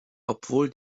obwohl